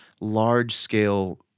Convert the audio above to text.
large-scale –